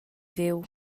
viu